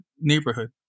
neighborhood